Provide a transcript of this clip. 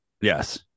Yes